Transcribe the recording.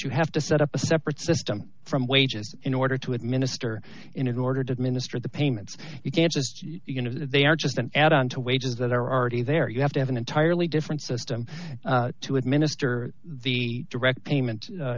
you have to set up a separate system from wages in order to administer in order to administer the payments you can't just you know they are just an add on to wages that are already there you have to have an entirely different system to administer the direct payment